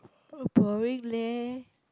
boring leh